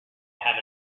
have